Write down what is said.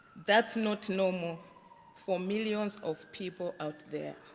that's not normal for millions of people out there.